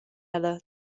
ella